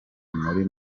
muri